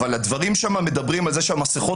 אבל הדברים שם מדברים על זה שהמסכות